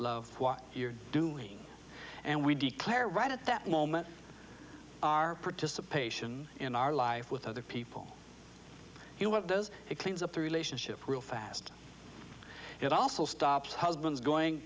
love what you're doing and we declare right at that moment our participation in our life with other people you know what does it cleans up the relationship real fast it also stops husbands going